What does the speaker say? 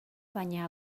baina